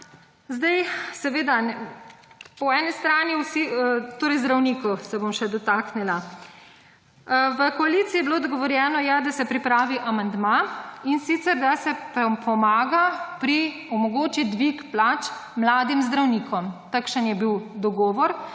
Zdaj seveda po eni strani vsi, torej zdravnikov se bom še dotaknila. V koaliciji je bilo dogovorjeno, ja, da se pripravi amandma, in sicer da se pomaga pri, omogoči dvig plač mladim zdravnikom. Takšen je bil dogovor.